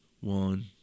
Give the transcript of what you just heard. One